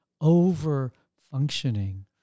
over-functioning